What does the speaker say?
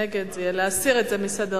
נגד זה יהיה להסיר את זה מסדר-היום.